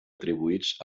atribuïts